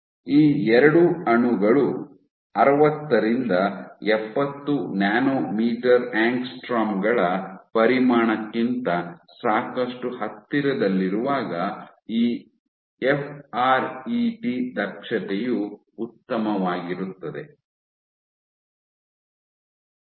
ಈ ಎರಡು ಅಣುಗಳು ಅರವತ್ತರಿಂದ ಎಪ್ಪತ್ತು ನ್ಯಾನೊಮೀಟರ್ ಆಂಗ್ಸ್ಟ್ರಾಮ್ ಗಳ ಪರಿಮಾಣಕ್ಕಿಂತ ಸಾಕಷ್ಟು ಹತ್ತಿರದಲ್ಲಿರುವಾಗ ಈ ಎಫ್ ಆರ್ ಇ ಟಿ ದಕ್ಷತೆಯು ಉತ್ತಮವಾಗಿರುತ್ತದೆ ಗಮನಿಸಿ ಸಮಯ 1123